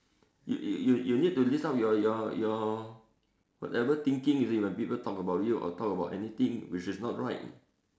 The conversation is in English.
you you you you you need to list out your your your your whatever thinking you see when people talk about you or talk about anything which is not right